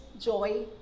joy